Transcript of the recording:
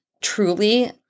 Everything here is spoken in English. truly